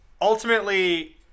ultimately